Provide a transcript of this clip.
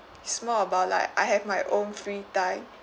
it's more about like I have my own free time